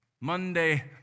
Monday